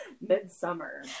midsummer